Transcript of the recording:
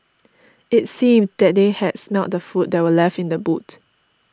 it seemed that they had smelt the food that were left in the boot